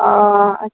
অ'